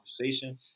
conversation